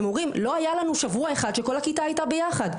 הם אומרים לא היה לנו שבוע אחד שכל הכיתה הייתה ביחד.